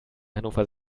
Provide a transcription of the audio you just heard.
hannover